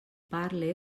parle